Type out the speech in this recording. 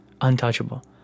untouchable